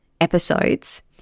episodes